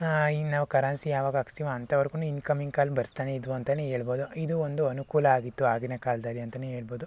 ಈಗ ನಾವು ಕರೆನ್ಸಿ ಯಾವಾಗ ಹಾಕ್ಸ್ತೀವೊ ಅಂಥೌರ್ಗು ಇನ್ಕಮಿಂಗ್ ಕಾಲ್ ಬರ್ತಾನೇ ಇದ್ದವು ಅಂತಾನೇ ಹೇಳ್ಬೋದು ಇದೂ ಒಂದು ಅನುಕೂಲ ಆಗಿತ್ತು ಆಗಿನ ಕಾಲದಲ್ಲಿ ಅಂತಾನೇ ಹೇಳ್ಬೋದು